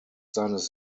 seines